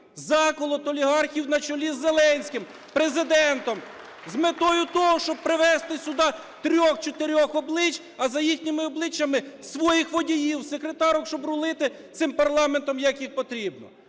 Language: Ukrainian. Заколот олігархів на чолі з Зеленським, Президентом, з метою того, щоб привести сюди трьох-чотирьох облич, а за їхніми обличчями - своїх водіїв, секретарок, щоб рулити цим парламентом, як їм потрібно.